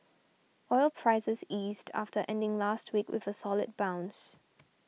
oil prices eased after ending last week with a solid bounce